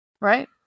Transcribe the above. Right